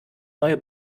neue